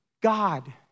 God